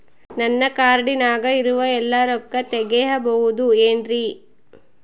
ನನ್ನ ಕಾರ್ಡಿನಾಗ ಇರುವ ಎಲ್ಲಾ ರೊಕ್ಕ ತೆಗೆಯಬಹುದು ಏನ್ರಿ?